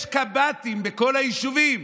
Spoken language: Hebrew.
יש קב"טים בכל היישובים.